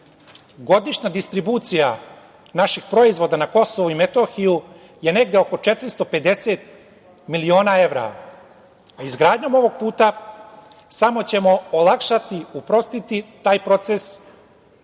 godišnja distribucija naših proizvoda na KiM je oko 450 miliona evra. Izgradnjom ovog puta samo ćemo olakšati, uprostiti taj proces,